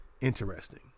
Interesting